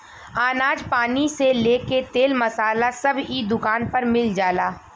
अनाज पानी से लेके तेल मसाला सब इ दुकान पर मिल जाला